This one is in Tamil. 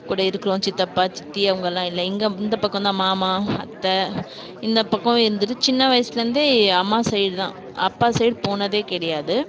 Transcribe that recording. கூட இருக்கிறோம் சித்தப்பா சித்தி அவங்களாம் இல்லை இங்கே இந்த பக்கம்தான் மாமா அத்தை இந்த பக்கம் இருந்துவிட்டு சின்ன வயசுலேருந்தே அம்மா சைடுதான் அப்பா சைடு போனது கிடையாது